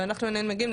ואנחנו היינו מגיעים,